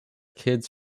kids